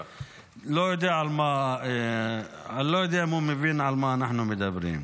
לא יודע אם הוא מבין על מה אנחנו מדברים.